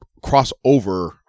crossover